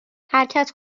حرکت